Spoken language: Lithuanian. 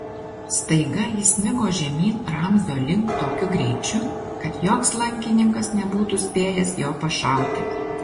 staiga jis smigo žemyn ramzio link tokiu greičiu kad joks lankininkas nebūtų spėjęs jo pašauti